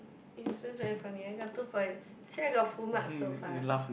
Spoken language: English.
useless very funny I got two points see I got full marks so far